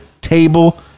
table